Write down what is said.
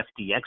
FDX